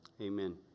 Amen